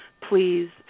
please